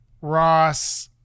Ross